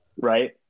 Right